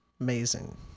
Amazing